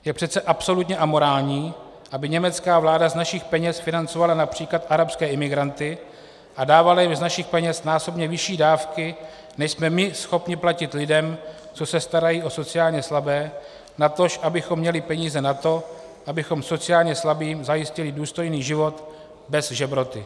Je přece absolutně amorální, aby německá vláda z našich peněz financovala například arabské imigranty a dávala jim z našich peněz násobně vyšší dávky, než jsme my schopni platit lidem, co se starají o sociálně slabé, natož abychom měli peníze na to, abychom sociálně slabým zajistili důstojný život bez žebroty.